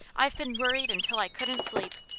i've been worried until i couldn't sleep.